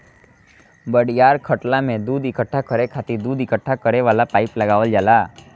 बड़ियार खटाल में दूध इकट्ठा करे खातिर दूध इकट्ठा करे वाला पाइप लगावल जाला